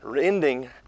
ending